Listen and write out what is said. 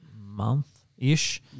month-ish